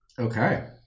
Okay